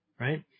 Right